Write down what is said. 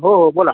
हो हो बोला